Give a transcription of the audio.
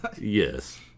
Yes